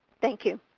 thank you.